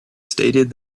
stated